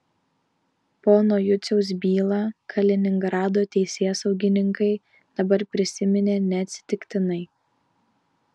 pono juciaus bylą kaliningrado teisėsaugininkai dabar prisiminė neatsitiktinai